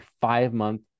five-month